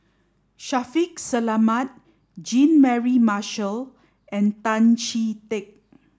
Shaffiq Selamat Jean Mary Marshall and Tan Chee Teck